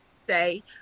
say